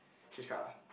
change card ah